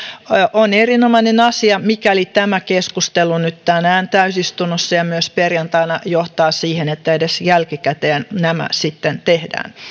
on erinomainen asia mikäli tämä keskustelu nyt tänään täysistunnossa ja myös perjantaina johtaa siihen että edes jälkikäteen nämä sitten tehdään